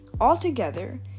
Altogether